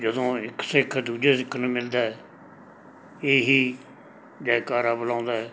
ਜਦੋਂ ਇੱਕ ਸਿੱਖ ਦੂਜੇ ਸਿੱਖ ਨੂੰ ਮਿਲਦਾ ਇਹੀ ਜੈਕਾਰਾ ਬੁਲਾਉਂਦਾ